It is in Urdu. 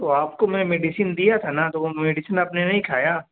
تو آپ کو میں میڈیسین دیا تھا نا تو وہ میڈیسن آپ نے نہیں کھایا